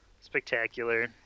spectacular